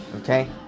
okay